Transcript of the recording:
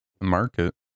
market